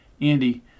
Andy